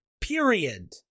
period